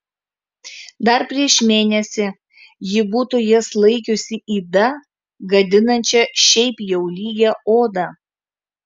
dar prieš mėnesį ji būtų jas laikiusi yda gadinančia šiaip jau lygią odą